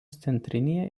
centrinėje